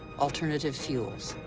alternative fuels.